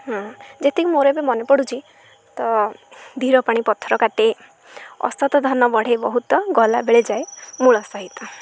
ହଁ ଯେତିକି ମୋର ଏବେ ମନେ ପଡ଼ୁଛି ତ ଧୀର ପାଣି ପଥର କାଟେ ଅସତ ଧାନ ବଢ଼େ ବହୁତ ଗଲାବେେଳେ ଯାଏ ମୂଳ ସହିତ